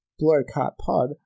blowcartpod